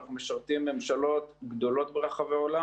ואנחנו משרתים ממשלות גדולות ברחבי העולם